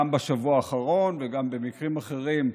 גם בשבוע האחרון וגם במקרים האחרים,